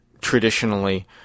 traditionally